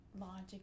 logic